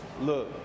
look